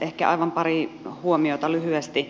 ehkä aivan pari huomiota lyhyesti